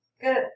Good